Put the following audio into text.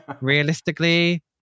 realistically